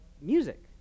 music